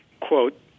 quote